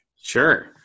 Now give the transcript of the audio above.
Sure